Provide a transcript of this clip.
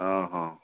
हँ हँ